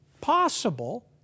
possible